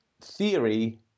theory